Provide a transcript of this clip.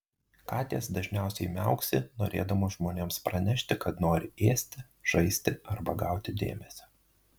katės dažniausiai miauksi norėdamos žmonėms pranešti kad nori ėsti žaisti arba gauti dėmesio